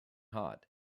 hot